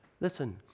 Listen